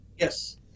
Yes